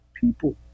People